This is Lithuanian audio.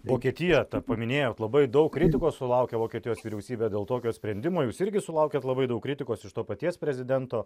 vokietija tą minėjot labai daug kritikos sulaukė vokietijos vyriausybė dėl tokio sprendimo jūs irgi sulaukiat labai daug kritikos iš to paties prezidento